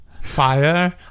Fire